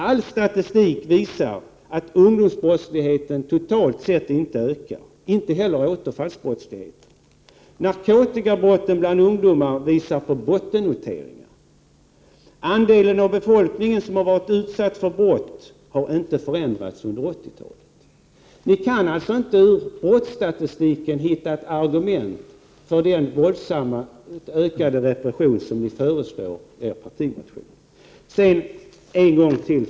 All statistik visar att ungdomsbrottsligheten totalt sett inte ökar, inte heller återfallsbrottsligheten. För narkotikabrotten bland ungdomar visas bottennoteringar. När det gäller andelen av befolkningen som varit utsatt för brott har det inte varit någon förändring under 80-talet. Ni kan alltså inte i brottsstatistiken hitta ett argument för den våldsamt ökade repression som ni föreslår i er partimotion.